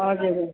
हजुर